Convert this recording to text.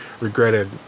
regretted